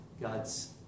God's